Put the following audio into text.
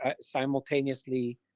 simultaneously